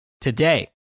today